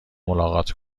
ملاقات